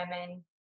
women